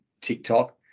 TikTok